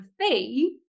fee